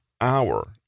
hour